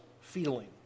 feeling